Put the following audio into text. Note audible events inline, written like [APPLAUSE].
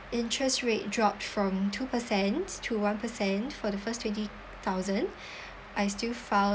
interest rate dropped from two percent to one percent for the first twenty thousand [BREATH] I still found